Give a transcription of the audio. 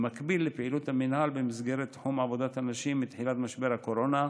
במקביל לפעילות המינהל במסגרת תחום עבודת הנשים מתחילת משבר הקורונה,